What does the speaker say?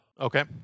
Okay